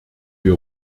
wir